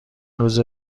روزه